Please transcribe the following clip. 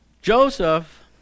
Joseph